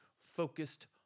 focused